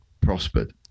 prospered